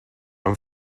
amb